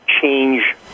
change